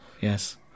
Yes